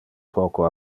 poco